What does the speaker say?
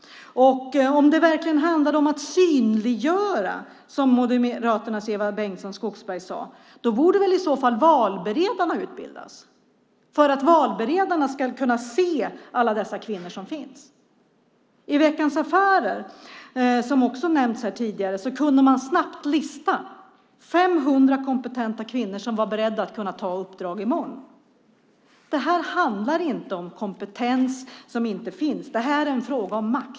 Och om det verkligen handlade om att synliggöra, som Moderaternas Eva Bengtson Skogsberg sade, borde väl i så fall valberedarna utbildas för att de ska kunna se alla dessa kvinnor som finns. Veckans Affärer, som också nämnts här tidigare, kunde snabbt lista 500 kompetenta kvinnor som var beredda att ta uppdrag i morgon. Det här handlar inte om kompetens som inte finns; det här är en fråga om makt.